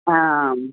आम्